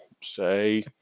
say